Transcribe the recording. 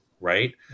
Right